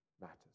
matters